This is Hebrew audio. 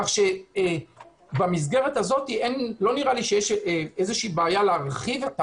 כך שבמסגרת הזאת לא נראה שיש איזושהי בעיה להרחיב את